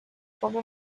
cobra